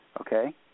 Okay